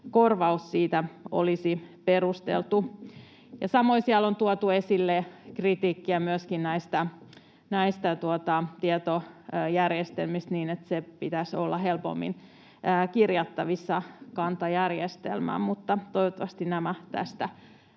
korvaus olisi perusteltu. Samoin on tuotu esille kritiikkiä myöskin näistä tietojärjestelmistä, että sen pitäisi olla helpommin kirjattavissa Kanta-järjestelmään, mutta toivottavasti nämä tästä